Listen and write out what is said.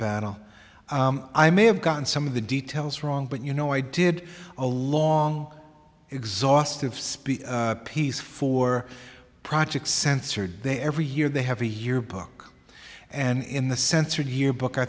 battle i'm may have gotten some of the details wrong but you know i did a long exhaustive speak piece for project censored they every year they have a year book and in the censored year book i